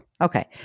Okay